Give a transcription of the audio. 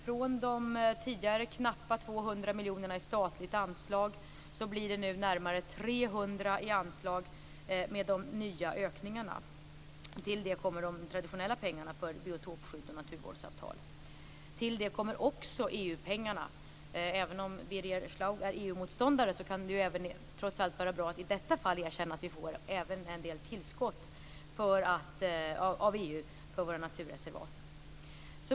Från de tidigare knappa 200 miljonerna i statligt anslag blir det nu närmare 300 i anslag med de nya ökningarna. Till det kommer de traditionella pengarna för biotopskydd och naturvårdsavtal. Till det kommer också EU-pengarna. Även om Birger Schlaug är EU motståndare kan det trots allt vara bra att i detta fall erkänna att vi även får en del tillskott från EU för våra naturreservat.